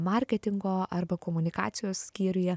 marketingo arba komunikacijos skyriuje